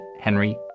Henry